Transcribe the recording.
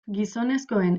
gizonezkoen